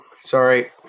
Sorry